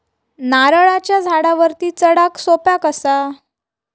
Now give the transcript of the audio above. नारळाच्या झाडावरती चडाक सोप्या कसा?